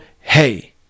hey